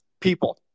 people –